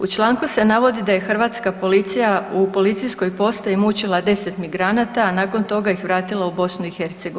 U članku se navodi da je hrvatska policija u policijskoj postaji mučila 10 migranata, a nakon toga ih vratila u BiH.